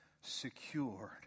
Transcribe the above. secured